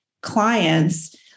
clients